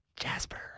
Jasper